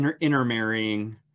intermarrying